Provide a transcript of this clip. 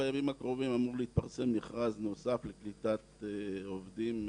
בימים הקרובים אמור להתפרסם מכרז נוסף לקליטת עובדים למתקן.